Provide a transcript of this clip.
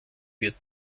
wird